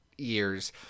years